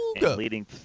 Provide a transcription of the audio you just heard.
leading